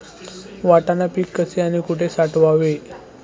वाटाणा पीक कसे आणि कुठे साठवावे?